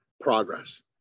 progress